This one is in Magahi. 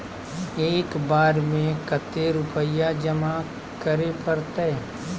एक बार में कते रुपया जमा करे परते?